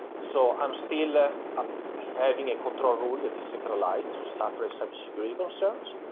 so i'm still ah um having a control rule that is centralized, so cyber cyber security concerns,